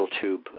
tube